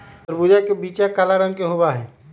तरबूज के बीचा काला रंग के होबा हई